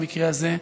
במקרה הזה,